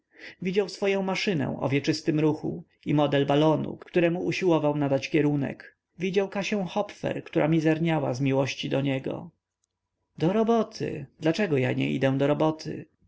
widział swoję maszynę o wieczystym ruchu i model balonu któremu usiłował nadać kierunek widział kasię hopfer która mizerniała z miłości dla niego do roboty dlaczego ja nie idę do roboty